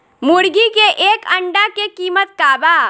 मुर्गी के एक अंडा के कीमत का बा?